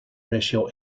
ratio